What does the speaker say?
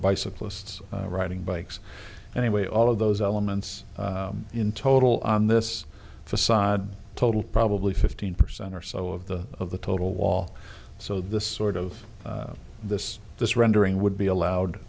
bicyclists riding bikes anyway all of those elements in total on this facade total probably fifteen percent or so of the of the total wall so this sort of this this rendering would be